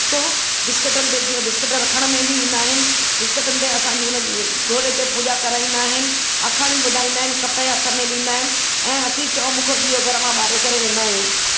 सो बिस्किटनि ते जीअं बिस्किट रखण में बि ईंदा आहिनि बिस्किटनि ते असांजी उनजी घोड़े ते पूॼा कराईंदा आहिनि आखाणी ॿुधाईंदा आहिनि कपहि या हथ में ॾींदा आहिनि ऐं असीं चौ मुखो ॾीओ घर मां ॿारे करे वेंदा आहियूं